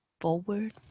forward